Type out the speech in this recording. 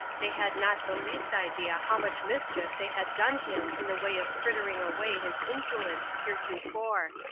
they had not the least idea how much mischief they had done him in the way of frittering away his influence heretofore.